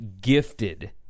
gifted